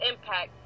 Impact